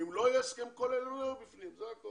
אם לא יהיה הסכם כולל הם לא יהיו בפנים, זה הכול.